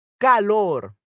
calor